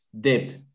dip